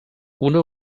una